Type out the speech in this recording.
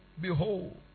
Behold